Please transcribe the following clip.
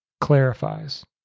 clarifies